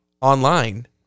online